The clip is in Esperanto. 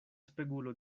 spegulo